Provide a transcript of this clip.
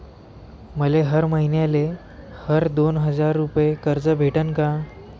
मले हर मईन्याले हर दोन हजार रुपये कर्ज भेटन का?